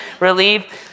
relieved